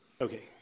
Okay